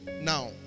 now